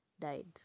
died